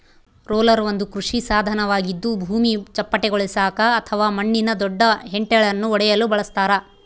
roller ಒಂದು ಕೃಷಿ ಸಾಧನವಾಗಿದ್ದು ಭೂಮಿ ಚಪ್ಪಟೆಗೊಳಿಸಾಕ ಅಥವಾ ಮಣ್ಣಿನ ದೊಡ್ಡ ಹೆಂಟೆಳನ್ನು ಒಡೆಯಲು ಬಳಸತಾರ